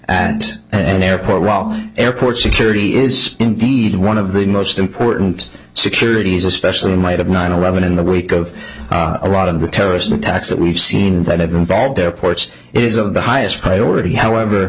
and an airport wrong airport security is indeed one of the most important security is especially in light of nine eleven in the wake of a lot of the terrorist attacks that we've seen that have been bad airports is of the highest priority however